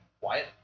Wyatt